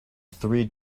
three